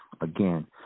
Again